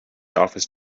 office